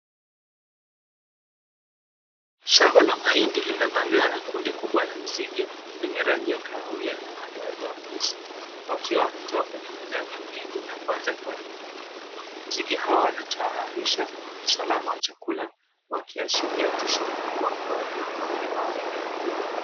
Shamba la mahindi limevamiwa na kundi kubwa la nzige wenye rangi ya kahawia na madoadoa meusi. Wakiwa wametoa kwenye majani ya mahindi n kuanza kuharibu mimea. Nzige hawa wanataharisha usalama wa chakula wakiashiria tisho kubwa kwa wakulima wa eneo hili.